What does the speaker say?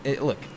look